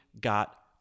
got